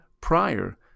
prior